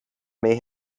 may